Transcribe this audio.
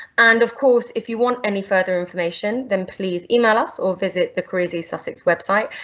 and of course, if you want any further information then please email us, or visit the careers east sussex website,